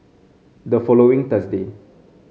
the following Thursday